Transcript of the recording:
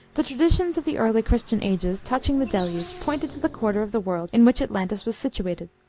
the traditions of the early christian ages touching the deluge pointed to the quarter of the world in which atlantis was situated.